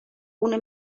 una